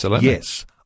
yes